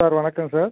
sir வணக்கம் sir